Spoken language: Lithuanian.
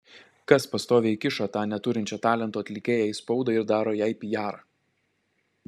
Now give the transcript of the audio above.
kas pastoviai kiša tą neturinčią talento atlikėją į spaudą ir daro jai pijarą